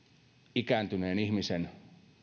ikääntyneen ihmisen